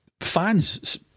fans